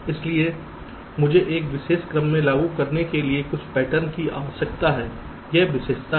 इसलिए मुझे एक विशेष क्रम में लागू करने के लिए कुछ पैटर्न की आवश्यकता है यह विशेषता है